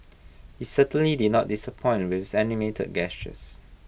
he certainly did not disappoint with his animated gestures